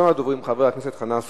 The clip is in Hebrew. ראשון הדוברים, חבר הכנסת חנא סוייד,